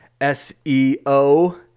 SEO